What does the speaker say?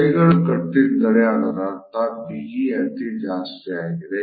ಕೈಗಳು ಕಟ್ಟಿದ್ದಾರೆ ಅದರರ್ಥ ಬಿಗಿ ಅತಿ ಜಾಸ್ತಿಯಾಗಿದೆ